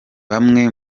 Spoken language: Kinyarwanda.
bamwe